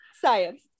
Science